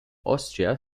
austria